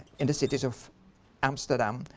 in the cities of amsterdam,